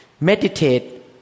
Meditate